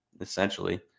essentially